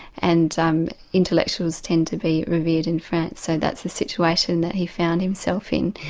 and um intellectuals tend to be revered in france, so that's the situation that he found himself in.